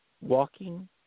walking